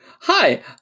Hi